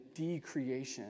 decreation